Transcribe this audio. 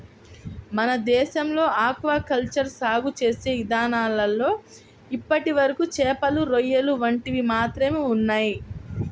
మన దేశంలో aquaculture సాగు చేసే ఇదానాల్లో ఇప్పటివరకు చేపలు, రొయ్యలు వంటివి మాత్రమే ఉన్నయ్